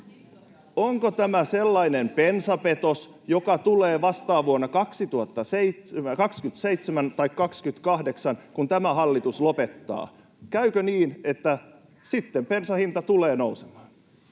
onko tämä sellainen bensapetos, joka tulee vastaan vuonna 27 tai 28, kun tämä hallitus lopettaa? Käykö niin, että sitten bensan hinta tulee nousemaan?